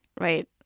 right